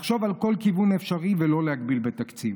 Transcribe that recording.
לחשוב על כל כיוון אפשרי, ולא להגביל בתקציב.